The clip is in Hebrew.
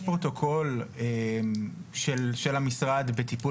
יש פרוטוקול של המשרד בנוגע לטיפול